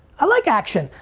i like action.